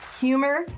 humor